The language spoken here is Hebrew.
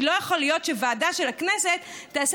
כי לא יכול להיות שוועדה של הכנסת תעשה